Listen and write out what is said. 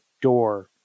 door